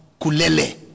kulele